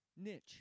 niche